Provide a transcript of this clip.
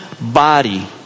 body